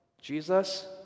Jesus